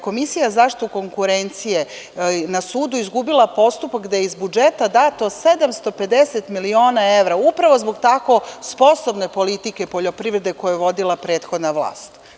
Komisija za zaštitu konkurencije na sudu je izgubila postupak gde je iz budžeta dato 750 miliona evra upravo zbog tako sposobne politike poljoprivrede koja je vodila prethodna vlast.